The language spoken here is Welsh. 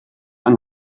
yng